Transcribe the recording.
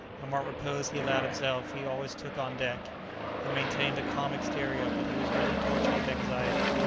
and what repose he allowed himself he always took on deck he maintained a calm exterior, but he was really tortured with anxiety.